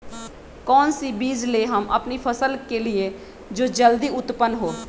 कौन सी बीज ले हम अपनी फसल के लिए जो जल्दी उत्पन हो?